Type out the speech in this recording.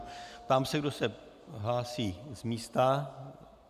Ptám se, kdo se hlásí z místa...